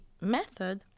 method